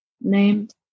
named